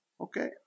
Okay